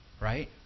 Right